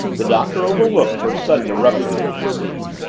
the doctor overlooked her sudden eruption into the scene.